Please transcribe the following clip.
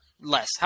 less